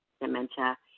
dementia